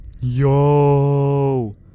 Yo